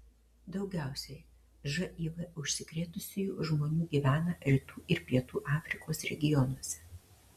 daugiausiai živ užsikrėtusiųjų žmonių gyvena rytų ir pietų afrikos regionuose